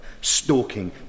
stalking